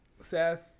Seth